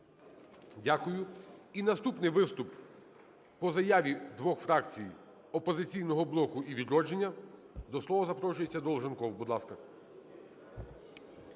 Дякую. І наступний виступ по заяві двох фракцій – "Опозиційного блоку" і "Відродження". До слова запрошується Долженков.